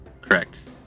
Correct